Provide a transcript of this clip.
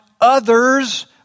others